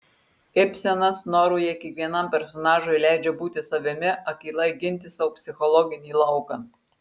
ibsenas noroje kiekvienam personažui leidžia būti savimi akylai ginti savo psichologinį lauką